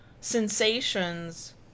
sensations